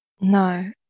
No